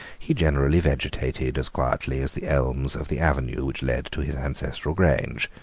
he generally vegetated as quietly as the elms of the avenue which led to his ancestral grange.